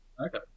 Okay